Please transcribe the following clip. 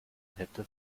hätte